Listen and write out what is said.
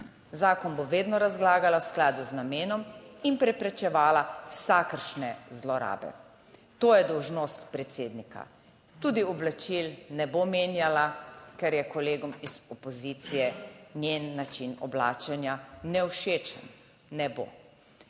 Zakon bo vedno razlagala v skladu z namenom in preprečevala vsakršne zlorabe. To je dolžnost predsednika. Tudi oblačil ne bo menjala, ker je kolegom iz opozicije njen način oblačenja nevšečen. Ne bo.